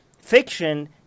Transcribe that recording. fiction